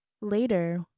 Later